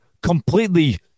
completely